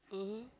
mmhmm